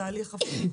תהליך הפוך,